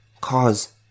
cause